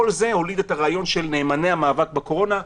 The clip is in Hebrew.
כל זה הוליד את הרעיון של "נאמני המאבק בקורונה".